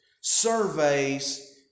surveys